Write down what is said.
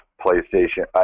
Playstation